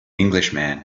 englishman